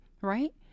right